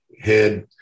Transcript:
head